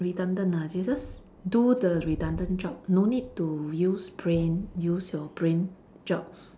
redundant ah they just do the redundant job no need to use brain use your brain job